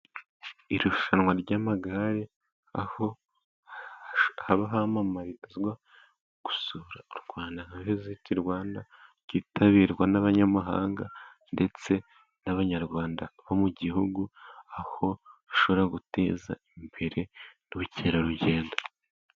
Irushanwa ry'amagare, aho haba hamamazwa gusura u Rwanda, nka viziti Rwanda ryitabirwa n'abanyamahanga ndetse n'abanyarwanda bo mu gihugu, aho rushobora guteza imbere ubukerarugendo.